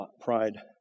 pride